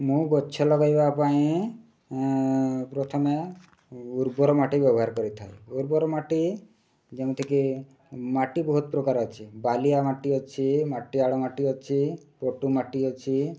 ମୁଁ ଗଛ ଲଗାଇବା ପାଇଁ ପ୍ରଥମେ ଉର୍ବର ମାଟି ବ୍ୟବହାର କରିଥାଏ ଉର୍ବର ମାଟି ଯେମିତିକି ମାଟି ବହୁତ ପ୍ରକାର ଅଛି ବାଲିଆ ମାଟି ଅଛି ମାଟିଆଳ ମାଟି ଅଛି ପଟୁ ମାଟି ଅଛି